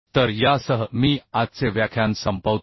तर यासह मी आजचे व्याख्यान संपवतो